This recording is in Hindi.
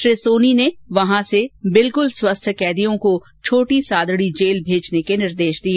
श्री सोनी ने वहां से बिल्कल स्वस्थ कैदियों को छोटी सादडी जेल भेजने के निर्देश दिए